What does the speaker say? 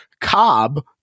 Cobb